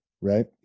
right